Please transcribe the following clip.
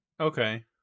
Okay